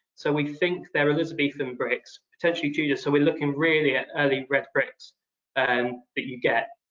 so we think they're elizabethan bricks, potentially tudor, so we're looking really at early red bricks and that you get.